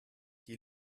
die